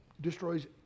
destroys